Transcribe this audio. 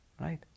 Right